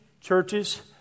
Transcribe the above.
churches